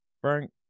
Frank